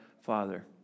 Father